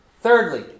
Thirdly